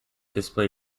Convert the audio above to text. display